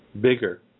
bigger